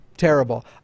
terrible